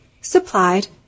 supplied